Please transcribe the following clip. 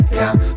down